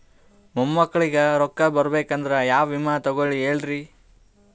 ಮೊಮ್ಮಕ್ಕಳಿಗ ರೊಕ್ಕ ಬರಬೇಕಂದ್ರ ಯಾ ವಿಮಾ ತೊಗೊಳಿ ಹೇಳ್ರಿ?